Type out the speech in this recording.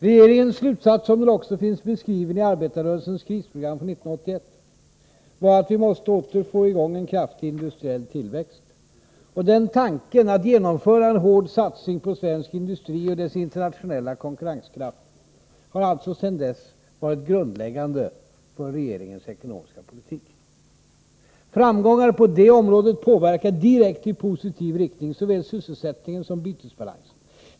Regeringens slutsats, som den också finns beskriven i arbetarrörelsens krisprogram från 1981, var att vi åter måste få i gång en kraftig industriell tillväxt. Denna tanke, att genomföra en hård satsning på svensk industri och dess internationella konkurrenskraft, har alltsedan dess varit grundläggande för regeringens ekonomiska politik. Framgångar på detta område påverkar direkt i positiv riktning såväl sysselsättningen som bytesbalansen.